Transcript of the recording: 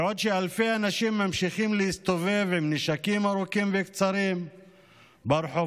בעוד אלפי אנשים ממשיכים להסתובב עם נשקים ארוכים וקצרים ברחובות,